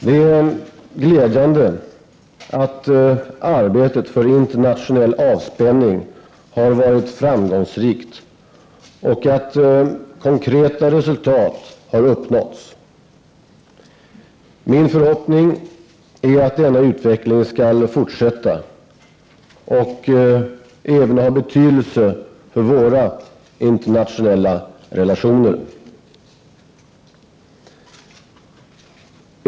Det är glädjande att arbetet för internationell avspänning har varit framgångsrikt och att konkreta resultat har uppnåtts. Min förhoppning är att denna utveckling skall fortsätta och även ha betydelse för våra internationella relationer.